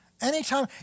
anytime